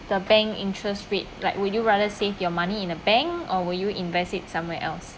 the bank interest rate like would you rather save your money in a bank or will you invest it somewhere else